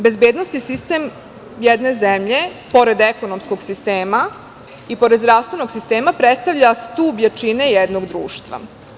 Bezbednosni sistem jedne zemlje pored ekonomskom sistema i pored zdravstvenog sistema predstavlja stub jačine jednog društva.